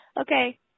Okay